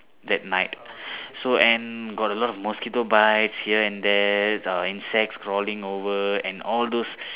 that night so and got a lot of mosquito bites here and there uh insects crawling over and all those